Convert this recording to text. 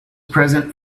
present